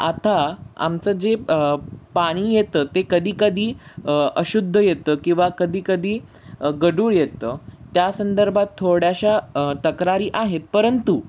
आता आमचं जे पाणी येतं ते कधी कधी अशुद्ध येतं किंवा कधी कधी गढूळ येतं त्या संदर्भात थोड्याशा तक्रारी आहेत परंतु